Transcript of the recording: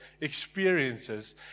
experiences